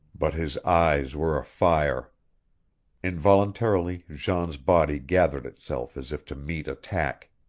but his eyes were afire. involuntarily jean's body gathered itself as if to meet attack.